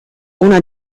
una